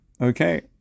okay